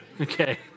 Okay